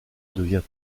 devient